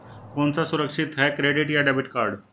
कौन सा सुरक्षित है क्रेडिट या डेबिट कार्ड?